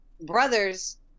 brothers